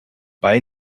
bei